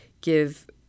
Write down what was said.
give